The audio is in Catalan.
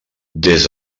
des